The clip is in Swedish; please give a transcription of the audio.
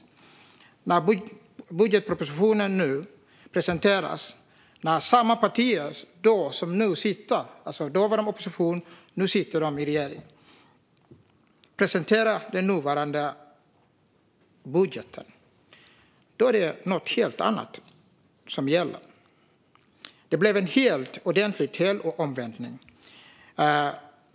När budgetpropositionen nu presenteras är den från samma partier. Då var de i opposition, nu sitter de i regering. De presenterar den nuvarande budgeten. Då är det något helt annat som gäller. Det blev en ordentlig helomvändning.